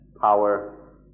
power